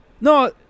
No